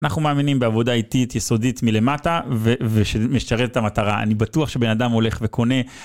אנחנו מאמינים בעבודה איטית יסודית מלמטה ושמשרת את המטרה. אני בטוח שבן אדם הולך וקונה.